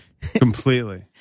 Completely